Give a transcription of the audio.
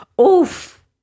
Oof